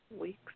weeks